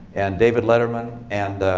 and david letterman, and